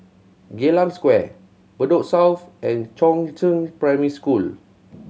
Geylang Square Bedok South and Chongzheng Primary School